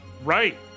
Right